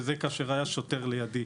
וזה כאשר היה שוטר לידי.